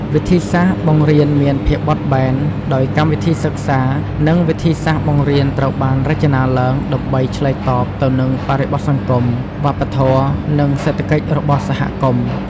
វិធីសាស្ត្របង្រៀនមានភាពបត់បែន ដោយកម្មវិធីសិក្សា និងវិធីសាស្ត្របង្រៀនត្រូវបានរចនាឡើងដើម្បីឆ្លើយតបទៅនឹងបរិបទសង្គម វប្បធម៌ និងសេដ្ឋកិច្ចរបស់សហគមន៍។